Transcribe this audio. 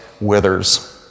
withers